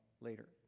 later